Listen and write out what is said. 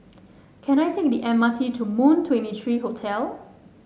can I take the M R T to Moon Twenty three Hotel